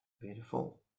beautiful